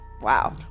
Wow